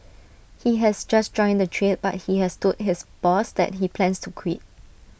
he has just joined the trade but he has told his boss that he plans to quit